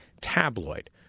Tabloid